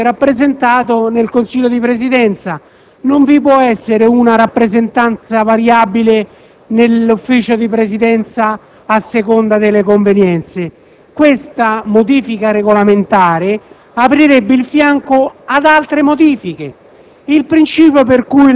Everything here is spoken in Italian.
era autorevolmente rappresentato nel Consiglio di Presidenza. Non vi può essere una rappresentanza variabile nel Consiglio di Presidenza a seconda delle convenienze. Questa modifica regolamentare aprirebbe il fianco ad altre modifiche.